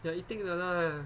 ya 一定的啦